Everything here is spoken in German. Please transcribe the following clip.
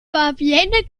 fabienne